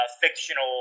fictional